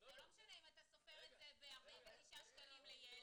זה לא משנה אם אתה סופר את זה ב-49 שקלים לילד